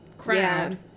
crowd